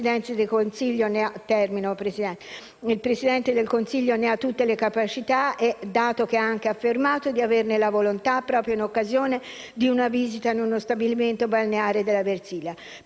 il Presidente del Consiglio ne ha tutte le capacità, dato che ha anche affermato di averne la volontà proprio in occasione di una visita a uno stabilimento balneare della Versilia.